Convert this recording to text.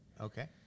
Okay